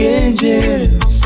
angels